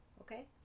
Okay